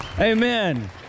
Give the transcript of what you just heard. Amen